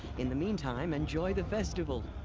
in the meantime, enjoy the festival.